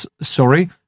sorry